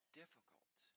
difficult